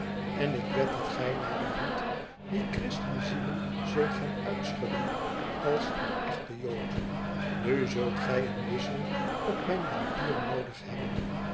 en ik wed dat gij naderhand die christenzielen zult gaan uitschudden als een echte jood nu zult gij een wissel op mijn bankier noodig hebben